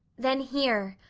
then here,